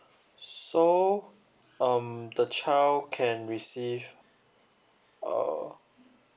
so um the child can receive uh